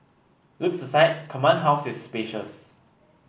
looks aside Command House is spacious